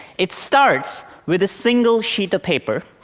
it starts with a single sheet of paper.